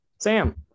Sam